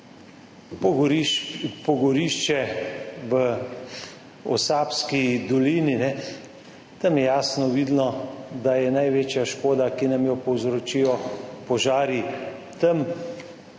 pogorišče v Osapski dolini. Tam je jasno vidno, da je največja škoda, ki nam jo povzročijo požari, tam,